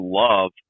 love